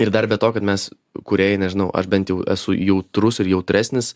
ir dar be to kad mes kūrėjai nežinau ar bent jau esu jautrus ir jautresnis